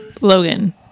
Logan